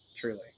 truly